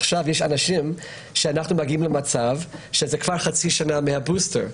עכשיו יש אנשים איתם אנחנו מגיעים למצב שזה כבר חצי שנה מהבוסטר.